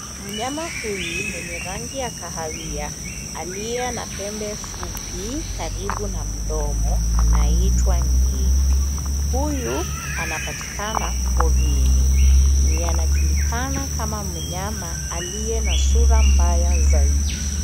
Mnyama huyu mwenye rangi ya kahawia, aliye na pembe fupi karibu na mdomo, anaitwa ngiri. Huyu anapatikana porini. Ni anajulikana kama mnyama aliye na sura mbaya zaidi.